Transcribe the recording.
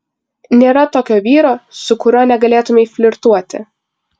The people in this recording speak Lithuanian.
nėra tokio vyro su kuriuo negalėtumei flirtuoti